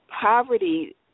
poverty